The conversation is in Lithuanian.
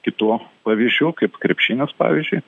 kitų pavyzdžių kaip krepšinis pavyzdžiui